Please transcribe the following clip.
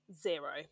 zero